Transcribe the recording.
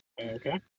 Okay